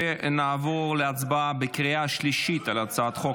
ונעבור להצבעה בקריאה שלישית על הצעת חוק